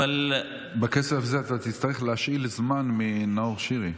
בקצב הזה תצטרך לשאול זמן מנאור שירי,